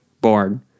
born